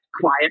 quiet